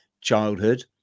childhood